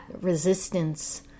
resistance